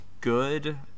good